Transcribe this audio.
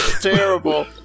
terrible